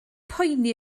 poeni